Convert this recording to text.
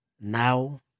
Now